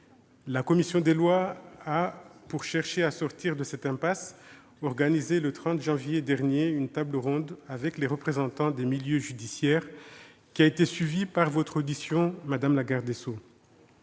La commission des lois a, pour chercher à sortir de cette impasse, organisé le 30 janvier dernier une table ronde avec les représentants des milieux judiciaires, qui a été suivie par votre audition, madame la garde des sceaux.